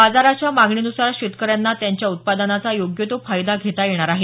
बाजाराच्या मागणीनुसार शेतकऱ्यांना त्यांच्या उत्पादनाचा योग्य तो फायदा घेता येणार आहे